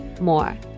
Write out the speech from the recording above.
more